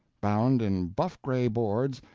bound in buff-grey boards,